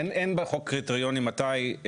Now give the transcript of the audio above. אין בחוק קריטריונים מתי,